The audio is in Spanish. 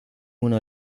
una